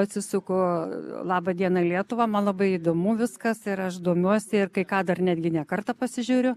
atsisuku laba diena lietuva man labai įdomu viskas ir aš domiuosi ir kai ką dar netgi ne kartą pasižiūriu